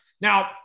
Now